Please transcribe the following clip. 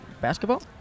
basketball